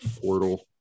portal